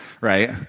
right